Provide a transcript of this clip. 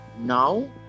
now